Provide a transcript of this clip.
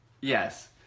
Yes